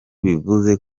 bivuze